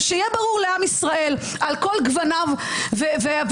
ושיהיה ברור לעם ישראל על כל גווניו השונים,